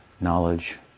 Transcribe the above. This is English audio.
Knowledge